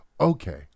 okay